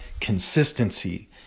consistency